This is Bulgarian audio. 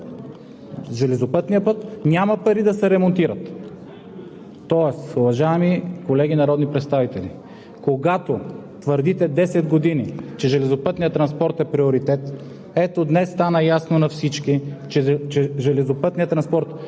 железопътният път. Няма пари да се ремонтират! Тоест, уважаеми колеги народни представители, когато твърдите десет години, че железопътният транспорт е приоритет – ето днес стана ясно на всички, че железопътният транспорт